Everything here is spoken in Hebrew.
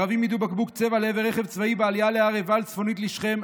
ערבים יידו בקבוק צבע לעבר רכב צבאי בעלייה להר עיבל צפונית לשכם,